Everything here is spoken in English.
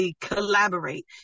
collaborate